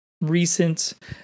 recent